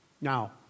Now